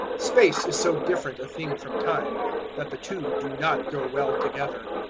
space is so different a thing from time that the two do not go well together.